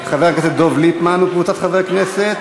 של חבר הכנסת דב ליפמן וקבוצת חברי כנסת,